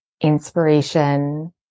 inspiration